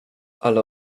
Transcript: ale